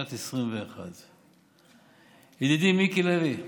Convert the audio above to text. לשנת 2021. ידידי מיקי לוי,